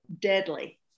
deadly